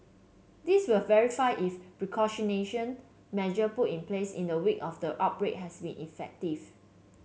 this will verify if measure put in place in the wake of the outbreak has been effective